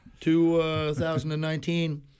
2019